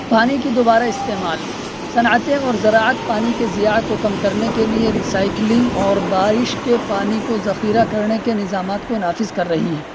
پانی کی دوبارہ استعمال صنعتیں اور زراعت پانی کے ضیاع کو کم کرنے کے لیے رسائکلنگ اور بارش کے پانی کو ذخیرہ کرنے کے نظامات کو نافذ کر رہی ہیں